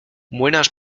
młynarz